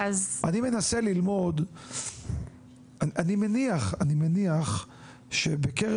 אני מנסה ללמוד, אני מניח, שבקרב